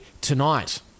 tonight